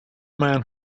man